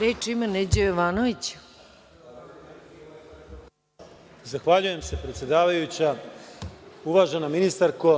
**Neđo Jovanović** Zahvaljujem se, predsedavajuća. Uvažena ministarko,